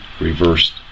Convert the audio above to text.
reversed